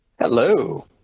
Hello